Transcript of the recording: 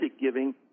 giving